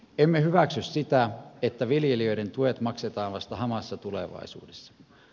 emme hyväksy sitä että viljelijöiden tuet maksetaan vasta hamassa tulevaisuudessa